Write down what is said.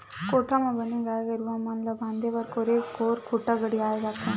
कोठा म बने गाय गरुवा मन ल बांधे बर कोरे कोर खूंटा गड़ियाये जाथे